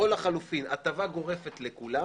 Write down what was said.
או לחלופין הטבה גורפת לכולם